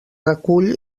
recull